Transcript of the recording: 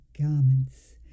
garments